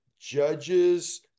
judges